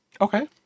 Okay